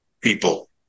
people